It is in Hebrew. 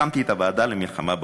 הקמתי את הוועדה למלחמה בעוני,